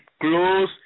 close